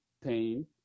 pain